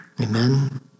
Amen